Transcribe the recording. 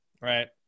right